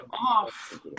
off